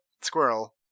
squirrel